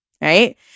Right